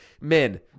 men